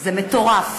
זה מטורף.